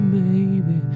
baby